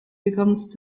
becomes